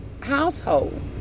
household